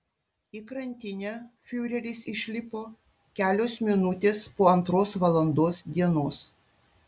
į krantinę fiureris išlipo kelios minutės po antros valandos dienos